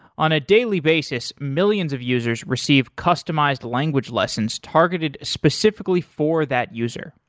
on a daily basis, millions of users receive customized language lessons targeted specifically for that user,